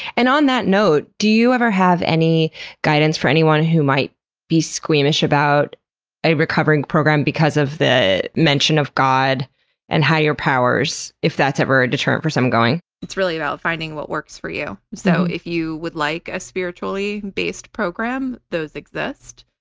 and on that note, do you ever have any guidance for anyone who might be squeamish about a recovering program because of the mention of god and higher powers, powers, if that's ever a deterrent for someone going? it's really about finding what works for you. so if you would like a spiritually based program, those exist.